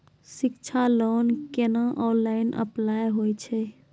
शिक्षा लोन केना online apply होय छै?